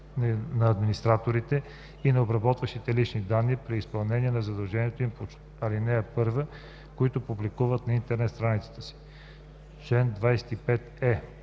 на администраторите и на обработващите лични данни при изпълнение на задължението им по ал. 1, които публикува на интернет страницата си. Чл. 25е.